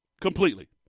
Completely